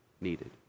needed